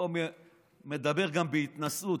מדבר גם בהתנשאות,